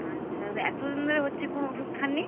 আচ্ছা তা এতো দিন ধরে হচ্ছে কোনো ওষুধ খান নি